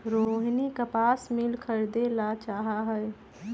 रोहिनी कपास मिल खरीदे ला चाहा हई